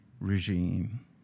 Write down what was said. regime